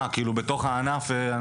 בתוך הענף.